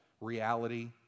reality